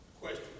question